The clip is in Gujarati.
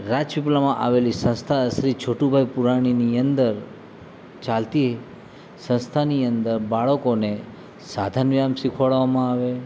રાજપીપળામાં આવેલી સંસ્થા શ્રી છોટુભાઈ પુરાણીની અંદર ચાલતી સંસ્થાની અંદર બાળકોને સાધન વ્યાયામ શીખવાડવામાં આવે